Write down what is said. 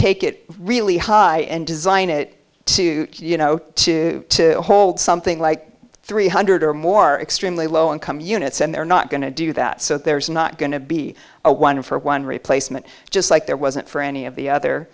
take it really high and design it to you know to hold something like three hundred or more extremely low income units and they're not going to do that so there's not going to be a one for one replacement just like there wasn't for any of the other